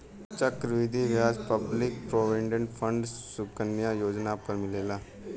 चक्र वृद्धि ब्याज public provident fund Sukanya Yojana पर मिलेला